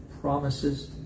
promises